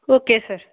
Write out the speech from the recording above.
okay sir